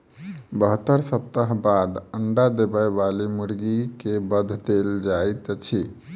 बहत्तर सप्ताह बाद अंडा देबय बाली मुर्गी के वध देल जाइत छै